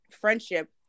friendship